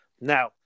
Now